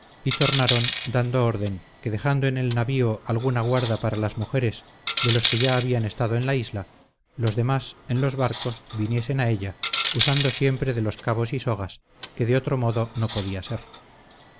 y tornaron dando orden que dejando en el navío alguna guarda para las mujeres de los que ya habían estado en la isla los demás en los barcos viniesen a ella usando siempre de los cabos y sogas que de otro modo no podía ser